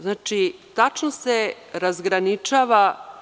Znači, tačno se razgraničava.